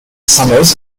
summers